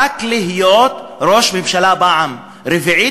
רק כדי להיות ראש ממשלה בפעם הרביעית.